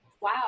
wow